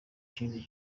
kindi